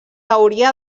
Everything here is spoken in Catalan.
hauria